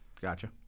Gotcha